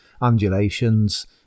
undulations